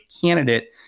candidate